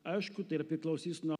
aišku tai ir priklausys nuo